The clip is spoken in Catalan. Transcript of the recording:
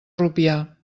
rupià